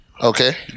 Okay